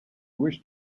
wished